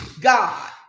God